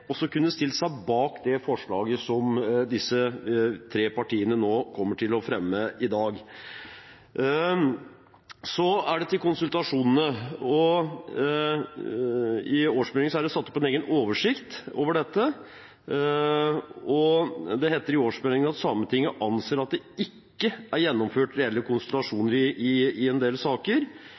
også kunne stille seg bak det forslaget som disse tre partiene kommer til å fremme i dag. Så til konsultasjonene. I årsmeldingen er det satt opp en egen oversikt over dette. Det står i årsmeldingen at «Sametinget anser at det ikke er gjennomført reelle konsultasjoner» i en del saker.